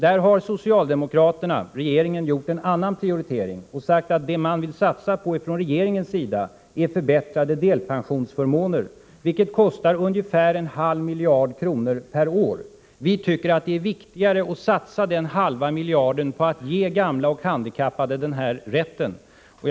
Där har socialdemokraterna och regeringen gjort en annan prioritering och sagt att det man vill satsa på från regeringens sida är förbättrade delpensionsförmåner, vilket kostar ungefär en halv miljard kronor per år. Vi tycker att det är viktigare att satsa denna halva miljard på att ge gamla och handikappade rätten till ett eget rum.